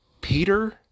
Peter